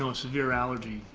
um severe allergy,